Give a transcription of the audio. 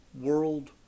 world